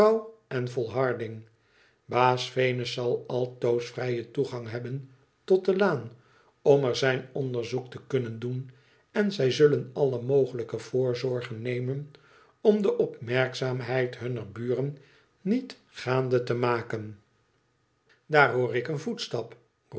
en volharding baas venus zal altoos vrijen toegang hebben tot de laan om er zijn onderzoek te kunnen doen en zij zullen alle mogelijke voorzorgen nemen om de opmerkzaamheid hunner buren niet gaande te maken daar hoor ik een voetstap